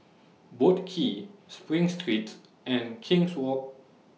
Boat Quay SPRING Streets and King's Walk